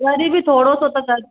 वरी बि थोरो सो त घटि